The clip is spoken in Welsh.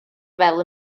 fel